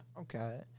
Okay